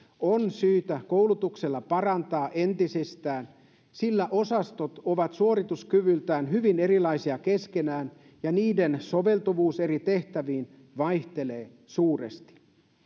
on syytä koulutuksella parantaa entisestään sillä osastot ovat suorituskyvyltään hyvin erilaisia keskenään ja niiden soveltuvuus eri tehtäviin vaihtelee suuresti